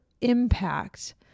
impact